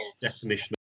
definition